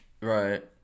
right